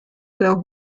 der